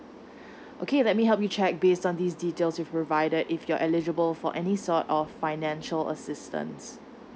okay let me help you check based on these details you provided if you're eligible for any sort of financial assistance